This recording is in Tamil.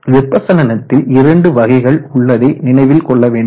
வெப்ப சலனத்தில் இரண்டு வகைகள் உள்ளதை நினைவில் கொள்ள வேண்டும்